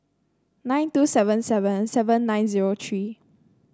nine two seven seven seven nine zero three